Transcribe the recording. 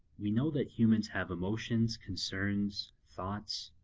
we know that humans have emotions, concerns, thoughts,